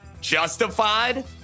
Justified